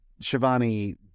Shivani